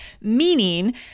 Meaning